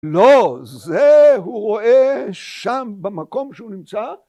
לא זה הוא רואה שם במקום שהוא נמצא